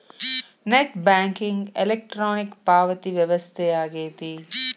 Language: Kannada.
ನೆಟ್ ಬ್ಯಾಂಕಿಂಗ್ ಇಲೆಕ್ಟ್ರಾನಿಕ್ ಪಾವತಿ ವ್ಯವಸ್ಥೆ ಆಗೆತಿ